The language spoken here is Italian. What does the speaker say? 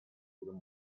future